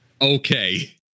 Okay